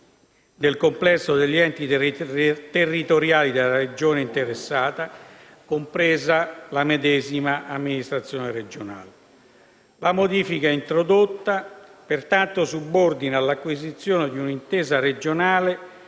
del complesso degli enti territoriali della Regione interessata, compresa la medesima amministrazione regionale. La modifica introdotta, pertanto, subordina all'acquisizione di un'intesa regionale